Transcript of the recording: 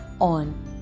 on